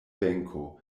benko